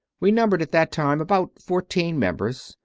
we numbered at that time about fourteen mem bers,